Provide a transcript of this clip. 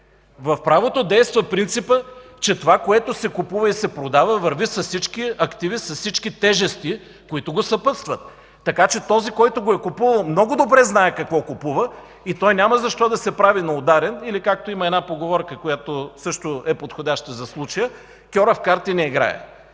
В правото действа принципът, че това, което се купува и се продава, върви с всички активи, с всички тежести, които го съпътстват. Така че този, който го е купувал, много добре знае какво купува и няма защо да се прави на ударен, или както има една поговорка, подходяща за случая – „Кьорав карти не играе”.